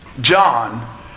John